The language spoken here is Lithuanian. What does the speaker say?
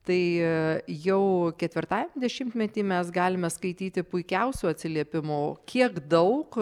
tai jau ketvirtajam dešimtmetį mes galime skaityti puikiausių atsiliepimų kiek daug